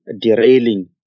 derailing